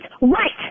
right